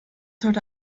heute